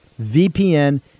VPN